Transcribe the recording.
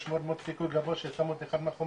יש מאוד סיכוי גבוה ששמו את אחד מהחומרים,